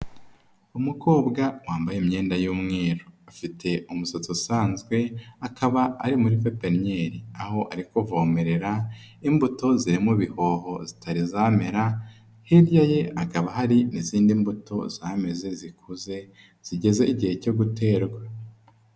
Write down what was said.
Umukobwa wambaye imyenda y'umweru afite umusatsi usanzwe akaba ari muri pepennyeri aho ari kuvomerera imbuto ziri mu bihoho zitari zamera, hirya ye hakaba hari n'izindi mbuto zameze zikuze zigeze igihe cyo guterwa.